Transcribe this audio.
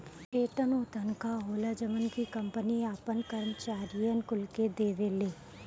वेतन उ तनखा होला जवन की कंपनी आपन करम्चारिअन कुल के देवेले